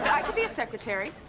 i could be a secretary.